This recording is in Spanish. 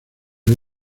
les